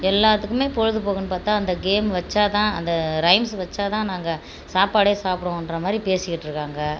எல்லாத்துக்குமே பொழுதுபோக்குன்னு பார்த்தா அந்த கேம் வச்சால் தான் அந்த ரைம்ஸ்சு வச்சால் தான் நாங்க சாப்பாடே சாப்புடுவோம்ன்ற மாதிரி பேசிக்கிட்டு இருக்காங்க